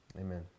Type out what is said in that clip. Amen